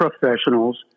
professionals